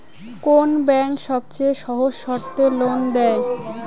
কোন ব্যাংক সবচেয়ে সহজ শর্তে লোন দেয়?